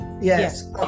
Yes